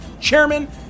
Chairman